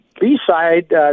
B-side